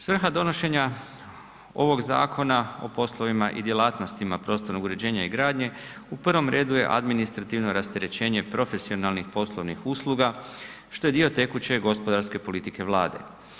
Svrha donošenja ovog Zakona o poslovima i djelatnostima prostornog uređenja i gradnje u prvom redu je administrativno rasterećenje profesionalnih poslovnih usluga što je dio tekuće gospodarske politike Vlade.